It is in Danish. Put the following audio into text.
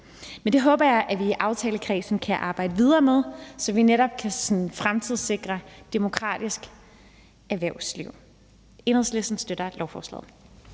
Men det håber jeg at vi i aftalekredsen kan arbejde videre med, så vi netop kan fremtidssikre et demokratisk erhvervsliv. Enhedslisten støtter lovforslaget.